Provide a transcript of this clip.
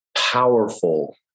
powerful